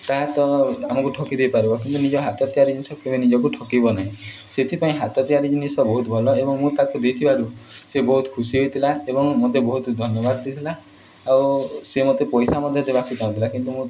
ତାହା ତ ଆମକୁ ଠକି ଦେଇପାରିବ କିନ୍ତୁ ନିଜ ହାତ ତିଆରି ଜିନିଷ କେବେ ନିଜକୁ ଠକିବ ନାହିଁ ସେଥିପାଇଁ ହାତ ତିଆରି ଜିନିଷ ବହୁତ ଭଲ ଏବଂ ମୁଁ ତାକୁ ଦେଇଥିବାରୁ ସେ ବହୁତ ଖୁସି ହୋଇଥିଲା ଏବଂ ମୋତେ ବହୁତ ଧନ୍ୟବାଦ ଦେଇଥିଲା ଆଉ ସେ ମୋତେ ପଇସା ମଧ୍ୟ ଦେବାକେ ଚାହୁଁଥିଲା କିନ୍ତୁ